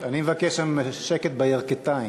אני מבקש שם שקט בירכתיים.